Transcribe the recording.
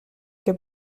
que